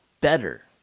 better